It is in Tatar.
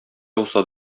яуса